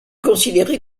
considéré